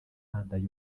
ntandaro